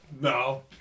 No